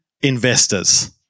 investors